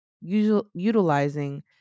utilizing